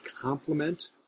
complement